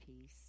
peace